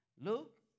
Luke